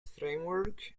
framework